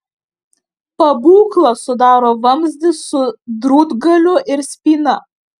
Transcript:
pabūklą sudaro vamzdis su drūtgaliu ir spyna